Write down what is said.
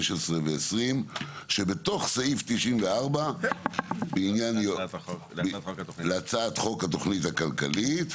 15 ו-20 שבתוך סעיף 94 להצעת חוק התוכנית הכלכלית,